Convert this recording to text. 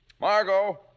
Margot